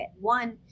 One